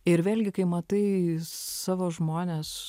ir vėlgi kai matai savo žmones